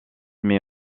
mais